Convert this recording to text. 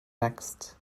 next